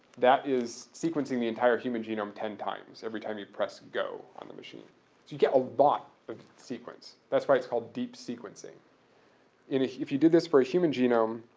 that is sequencing the entire human genome ten times every time you press go on the machine. so you get a lot of sequence. that's why it's called deep sequencing. and if if you did this for a human genome,